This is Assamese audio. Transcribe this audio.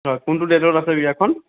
হয় কোনটো ডেটত আছে বিয়াখন